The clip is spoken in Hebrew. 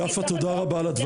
כי בסך הכל,